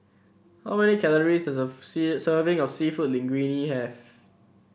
how many calories does a serving of seafood Linguine have